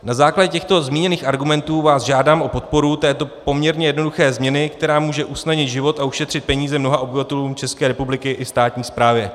Na základě těchto zmíněných argumentů vás žádám o podporu této poměrně jednoduché změny, která může usnadnit život a ušetřit peníze mnoha obyvatelům České republiky i státní správě.